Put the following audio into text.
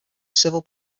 civil